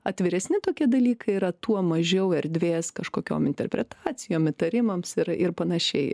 atviresni tokie dalykai yra tuo mažiau erdvės kažkokiom interpretacijom įtarimams ir ir panašiai